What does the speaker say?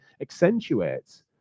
accentuates